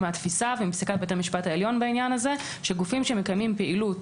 ומהתפיסה ומפסיקת בית המשפט העליון בעניין הזה שגופים שמקיימים פעילות